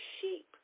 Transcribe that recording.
sheep